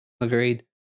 Agreed